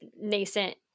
nascent